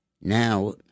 Now